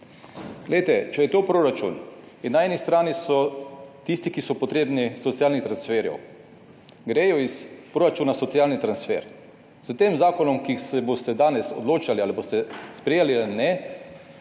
Poglejte, če je to proračun, na eni strani so tisti, ki so potrebni socialnih transferjev in gredo iz proračuna socialni transferji. S tem zakonom, za katerega se boste danes odločali, ali ga boste sprejeli ali